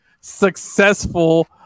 successful